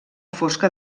fosca